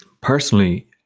personally